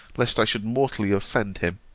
lest i should mortally offend him